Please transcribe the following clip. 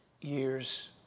years